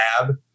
lab